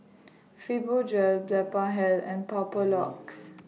Fibogel Blephagel and Papulex